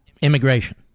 Immigration